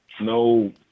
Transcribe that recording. no